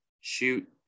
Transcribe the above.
Shoot